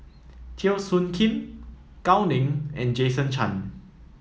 Teo Soon Kim Gao Ning and Jason Chan